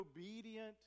obedient